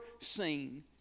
seen